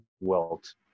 welt